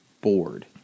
bored